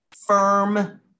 firm